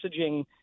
messaging